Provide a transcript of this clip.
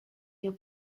your